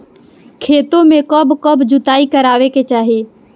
खेतो में कब कब जुताई करावे के चाहि?